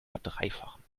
verdreifachen